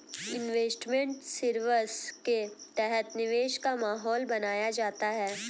investment service के तहत निवेश का माहौल बनाया जाता है